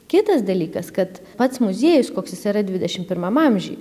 kitas dalykas kad pats muziejus koks jis yra dvidešimt pirmam amžiuj